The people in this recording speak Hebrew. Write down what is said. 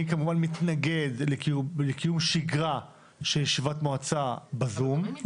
אני כמובן מתנגד לקיום שגרה של ישיבת מועצה ב-זום.